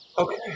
Okay